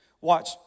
Watch